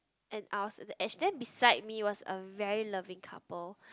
and I was at the edge then beside me was a very loving couple